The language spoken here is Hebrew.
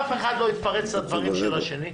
אף אחד לא יתפרץ לדברים של השני.